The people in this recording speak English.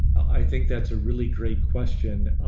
i think that's a really great question.